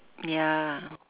ya